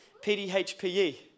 PDHPE